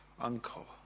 uncle